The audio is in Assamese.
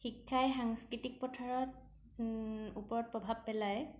শিক্ষাই সাংস্কৃতিক পথাৰত ওপৰত প্ৰভাৱ পেলায়